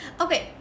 okay